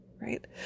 right